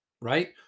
right